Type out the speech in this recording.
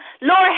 Lord